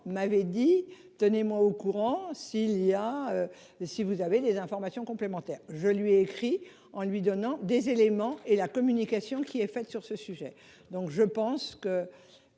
m'avait dit tenez moi au courant s'il y a. Si vous avez des informations complémentaires, je lui ai écrit en lui donnant des éléments et la communication qui est faite sur ce sujet. Donc je pense que